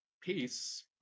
peace